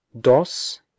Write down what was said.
dos